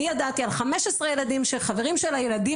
אני ידעתי על 15 ילדים של חברים של הילדים